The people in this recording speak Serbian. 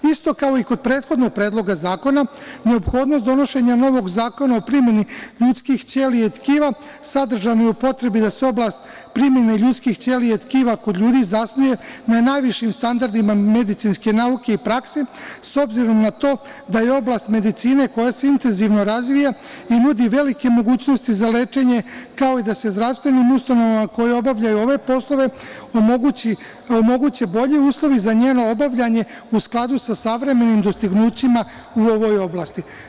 Isto kao i kod prethodnog predloga zakona, neophodnost donošenja novog zakona o primeni ljudskih ćelija i tkiva sadržana je u potrebi da se oblast primene ljudskih ćelija i tkiva kod ljudi zasnuje na najvišim standardima medicinske nauke i prakse, s obzirom na to da je oblast medicine koja se intenzivno razvija i nudi velike mogućnosti za lečenje, kao i da se zdravstvenim ustanovama koje obavljaju ove poslove, omoguće bolji uslovi za njeno obavljanje, u skladu sa savremenim dostignućima u ovoj oblasti.